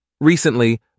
Recently